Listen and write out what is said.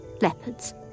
Leopards